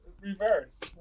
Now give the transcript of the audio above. reverse